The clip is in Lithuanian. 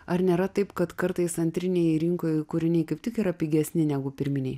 ar nėra taip kad kartais antrinėj rinkoj kūriniai kaip tik yra pigesni negu pirminėj